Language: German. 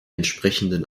entsprechenden